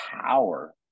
power